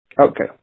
okay